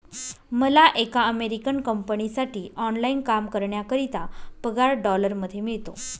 मला एका अमेरिकन कंपनीसाठी ऑनलाइन काम करण्याकरिता पगार डॉलर मध्ये मिळतो